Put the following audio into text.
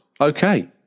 Okay